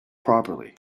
properly